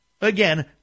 Again